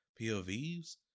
POVs